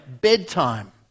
bedtime